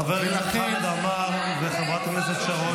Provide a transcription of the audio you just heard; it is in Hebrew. חבר הכנסת חמד עמאר וחברת הכנסת שרון ניר.